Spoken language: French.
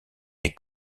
des